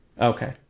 Okay